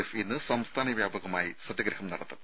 F ഇന്ന് സംസ്ഥാന വ്യാപകമായി സത്യഗ്രഹം നടത്തും